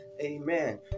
amen